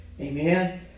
Amen